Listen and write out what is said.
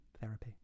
therapy